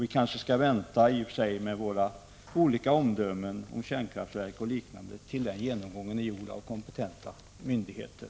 Vi kanske skall vänta med våra olika omdömen om kärnkraftverk och liknande till dess att den genomgången är gjord av kompetenta myndigheter.